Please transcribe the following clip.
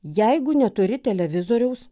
jeigu neturi televizoriaus